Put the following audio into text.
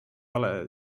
ole